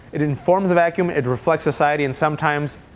it informs the vacuum. it reflects society. and sometimes,